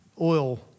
oil